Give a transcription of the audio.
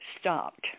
stopped